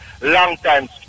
long-time